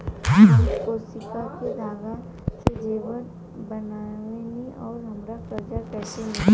हम क्रोशिया के धागा से जेवर बनावेनी और हमरा कर्जा कइसे मिली?